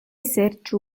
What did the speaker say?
serĉu